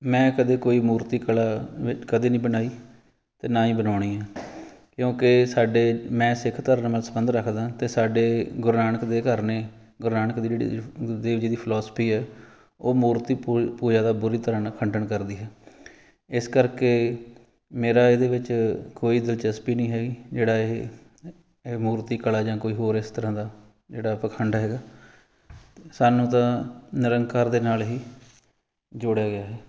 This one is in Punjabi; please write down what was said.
ਮੈਂ ਕਦੇ ਕੋਈ ਮੂਰਤੀ ਕਲਾ ਵ ਕਦੇ ਨਹੀਂ ਬਣਾਈ ਅਤੇ ਨਾ ਹੀ ਬਣਾਉਣੀ ਆ ਕਿਉਂਕਿ ਸਾਡੇ ਮੈਂ ਸਿੱਖ ਧਰਮ ਨਾਲ ਸਬੰਧ ਰੱਖਦਾਂ ਅਤੇ ਸਾਡੇ ਗੁਰੂ ਨਾਨਕ ਦੇ ਘਰ ਨੇ ਗੁਰੂ ਨਾਨਕ ਦੀ ਜਿਹੜੀ ਗੁਰਦੇਵ ਜੀ ਦੀ ਫਿਲੋਸਫੀ ਆ ਉਹ ਮੂਰਤੀ ਪੂ ਪੂਜਾ ਦਾ ਬੁਰੀ ਤਰ੍ਹਾਂ ਨਾਲ ਖੰਡਨ ਕਰਦੀ ਇਸ ਕਰਕੇ ਮੇਰਾ ਇਹਦੇ ਵਿੱਚ ਕੋਈ ਦਿਲਚਸਪੀ ਨਹੀਂ ਹੈ ਜਿਹੜਾ ਇਹ ਮੂਰਤੀ ਕਲਾ ਜਾਂ ਕੋਈ ਹੋਰ ਇਸ ਤਰ੍ਹਾਂ ਦਾ ਜਿਹੜਾ ਪਾਖੰਡ ਹੈਗਾ ਸਾਨੂੰ ਤਾਂ ਨਿਰੰਕਾਰ ਦੇ ਨਾਲ ਹੀ ਜੋੜਿਆ ਗਿਆ